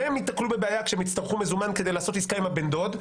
והם ייתקלו בבעיה כשהם יצטרכו מזומן כדי לעשות עסקה עם הבן דוד,